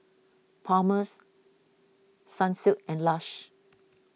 Palmer's Sunsilk and Lush